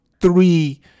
three